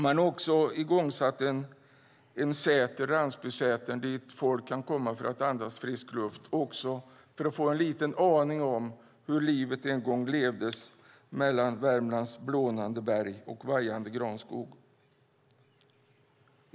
Man satte också i gång en säter, Ransbysätern, dit folk kan komma för att andas frisk luft och för att få en liten aning om hur livet en gång levdes mellan Värmlands blånande berg och vajande granskog.